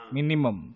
Minimum